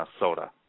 Minnesota